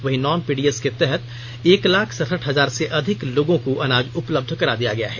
वहीं non PDS के तहत एक लाख सरसठ हजार से अधिक लोगों को अनाज उपलब्ध करा दिया गया है